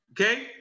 Okay